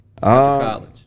College